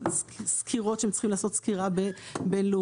סקירות שצריכים לעשות סקירה בינלאומית.